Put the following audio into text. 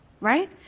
Right